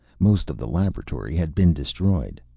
most of the laboratory had been destroyed.